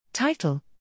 Title